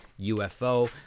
UFO